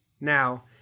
Now